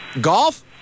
Golf